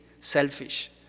selfish